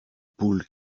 poule